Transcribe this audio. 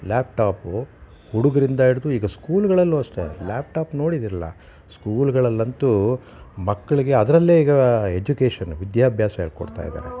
ಲ್ಯಾಪ್ top ಹುಡುಗರಿಂದ ಹಿಡಿದು ಈಗ ಸ್ಕೂಲ್ಗಳಲ್ಲೂ ಅಷ್ಟೆ ಲ್ಯಾಪ್ ಟಾಪ್ ನೋಡಿದ್ದೀರಲ್ಲ ಸ್ಕೂಲ್ಗಳಲ್ಲಂತೂ ಮಕ್ಕಳಿಗೆ ಅದರಲ್ಲೇ ಈಗ ಎಜ್ಯುಕೇಷನ್ ವಿದ್ಯಾಭ್ಯಾಸ ಹೇಳ್ಕೊಡ್ತಾಯಿದ್ದಾರೆ